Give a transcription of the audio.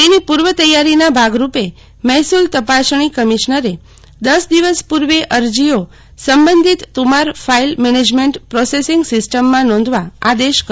તેની પૂર્વ તૈયારીના ભાગ રૂપે મહેસુલ તપાસણી કમિશ્નરે દસ દિવસ પૂર્વે અરજીઓ સંબંધિત તુમાર ફાઈલ મેનેજમેન્ટ પોસેસિંગ સીસ્ટમમાં નોંધવા આદેશ કર્રો છે